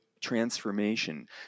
transformation